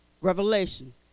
Revelation